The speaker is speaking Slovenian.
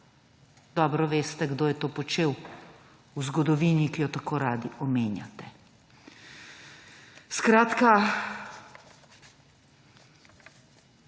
dobro veste, kdo je to počel v zgodovini, ki jo tako radi omenjate.